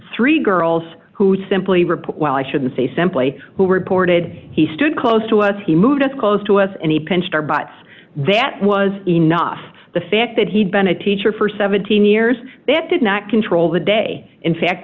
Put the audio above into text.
three girls who simply report well i shouldn't say simply who reported he stood close to us he moved us close to us and he pinched our butts that was enough the fact that he'd been a teacher for seventeen years that did not control the day in fact